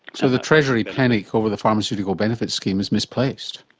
so the treasury panic over the pharmaceutical benefits scheme is misplaced,